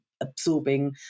absorbing